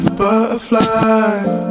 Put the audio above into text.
butterflies